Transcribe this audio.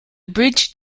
bridge